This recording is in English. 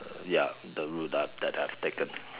ya the route uh that I've taken